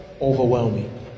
overwhelming